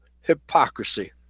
hypocrisy